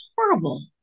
horrible